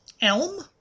Elm